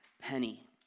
penny